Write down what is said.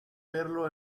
verlo